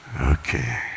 Okay